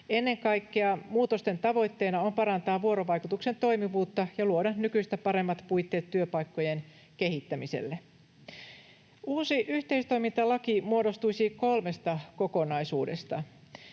Ennen kaikkea muutosten tavoitteena on parantaa vuorovaikutuksen toimivuutta ja luoda nykyistä paremmat puitteet työpaikkojen kehittämiselle. Uusi yhteistoimintalaki muodostuisi kolmesta kokonaisuudesta: